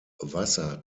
wasser